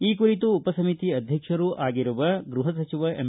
ಈ ಕುರಿತು ಉಪಸಮಿತಿ ಅಧ್ಯಕ್ಷರೂ ಆಗಿರುವ ಗೃಹ ಸಚಿವ ಎಂ